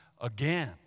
again